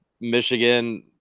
Michigan